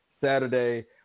Saturday